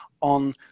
on